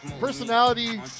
personality